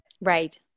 Right